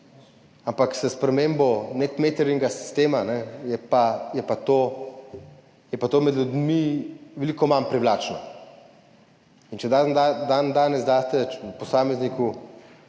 ampak s spremembo NET metering sistema je pa to med ljudmi veliko manj privlačno. Če dandanes daste posamezniku,